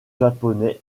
japonais